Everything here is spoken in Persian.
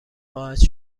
خواهد